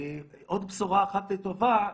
עוד בשורה אחת טובה.